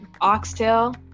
oxtail